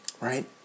Right